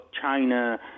China